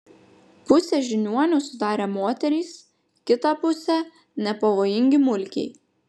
pusę žiniuonių sudarė moterys kitą pusę nepavojingi mulkiai